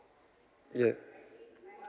yup